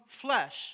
flesh